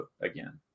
again